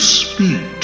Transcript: speak